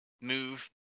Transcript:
move